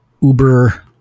uber